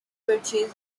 purchased